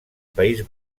país